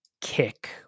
kick